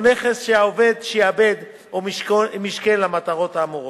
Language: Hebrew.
או נכס שהעובד שעבד או משכן למטרות האמורות.